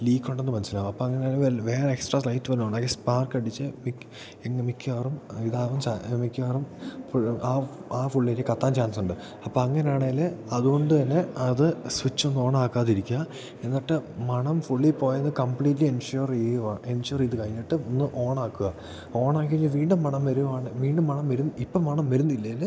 ലീക്കുണ്ടെന്നു മനസ്സിലാകും അപ്പങ്ങനെയാണ് വല്ലതും വേറെ എക്സ്ട്രാ ലൈറ്റ് വല്ലതും ഉണ്ടാക്കി സ്പാർക്കടിച്ച് മിക്ക് ഇന്ന് മിക്കവാറും ഇതാകും ചാ മിക്കവാറും ഫുള്ള് ആകും ആ ഫുള്ളിൽ കത്താൻ ചാൻസുണ്ട് അപ്പങ്ങനെയാണെങ്കിൽ അതു കൊണ്ടു തന്നെ അത് സ്വിച്ചൊന്നോണാക്കാതിരിക്കുക എന്നിട്ട് മണം ഫുള്ളി പോയെന്ന് കംപ്ലീറ്റ്ലി എൻഷുവർ ചെയ്യുക എൻഷുവർ ചെയ്ത് കഴിഞ്ഞിട്ട് ഒന്ന് ഓണാക്കുക ഓണായി കഴിഞ്ഞ് വീണ്ടും മണം വരികയാണ് വീണ്ടും മണം വരും ഇപ്പം മണം വരുന്നില്ലേൽ